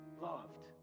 loved